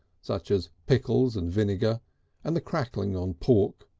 such as pickles and vinegar and the crackling on pork,